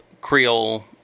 Creole